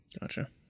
Gotcha